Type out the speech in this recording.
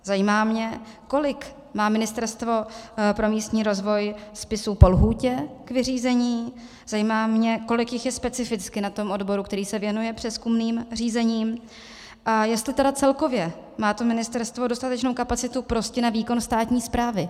Zajímá mě, kolik na Ministerstvu pro místní rozvoj je spisů po lhůtě k vyřízení, zajímá mě, kolik jich je specificky na tom odboru, který se věnuje přezkumným řízením, a jestli celkově má to ministerstvo dostatečnou kapacitu na výkon státní správy.